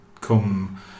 Come